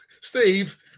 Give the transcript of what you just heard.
Steve